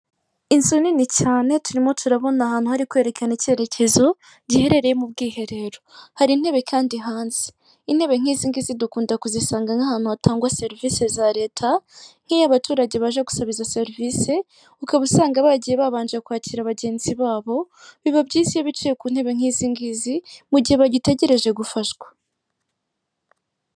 Inzu nini cyane turimo turabona ahantu hari kwerekana icyerekezo giherereyemo ubwiherero, hari intebe kandi hanze intebe nk'izindi zidukunda kuzisanga nk'ahantu hatangwa serivisi za leta nk'iy'abaturage baje gusaba izo serivisi, ukaba usanga bagiye babanje kwakira bagenzi babo biba byiza iyo bicaye ku ntebe nk'izingizi mu gihe bagitegereje gufashwa.